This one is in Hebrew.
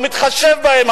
לא מתחשב בהם,